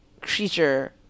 creature